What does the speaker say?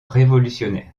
révolutionnaire